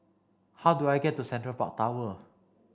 how do I get to Central Park Tower